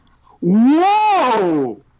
Whoa